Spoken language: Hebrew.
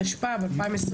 התשפ"א-2021